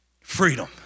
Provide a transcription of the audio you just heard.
Freedom